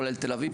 כולל תל אביב,